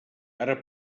ara